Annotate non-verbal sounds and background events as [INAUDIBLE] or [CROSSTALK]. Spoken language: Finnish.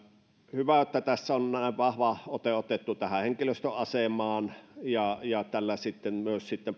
hyvä että tässä on näin vahva ote otettu tähän henkilöstön asemaan tällä myös sitten [UNINTELLIGIBLE]